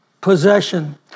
possession